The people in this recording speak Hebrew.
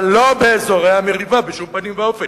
אבל לא באזורי המריבה, בשום פנים ואופן.